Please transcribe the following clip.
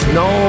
no